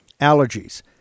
allergies